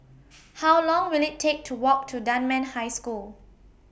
How Long Will IT Take to Walk to Dunman High School